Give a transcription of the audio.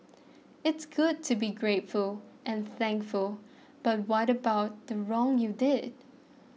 it's good to be grateful and thankful but what about the wrong you did